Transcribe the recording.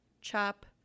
chop